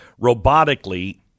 robotically